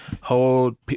hold